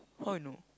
how you know